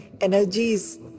energies